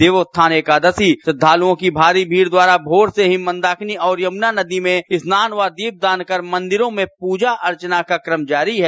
देवोत्थान एकादशी श्रद्धालुओं की भारी भीड़ द्वारा भोर से ही मंदाकिनी और यमुना नदी मे स्नान व दीपदान कर मंदिरों मे प्रजा अर्चना का क्रम जारी है